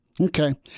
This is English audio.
okay